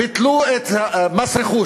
ביטלו מס רכוש,